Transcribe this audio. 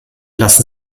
lassen